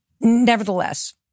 nevertheless